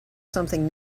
something